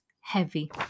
heavy